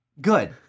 Good